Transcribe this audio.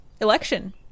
election